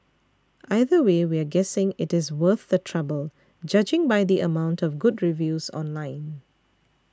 either way we're guessing it is worth the trouble judging by the amount of good reviews online